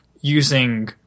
using